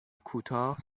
کوتاه